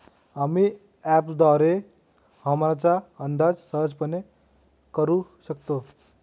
आम्ही अँपपद्वारे हवामानाचा अंदाज सहजपणे करू शकतो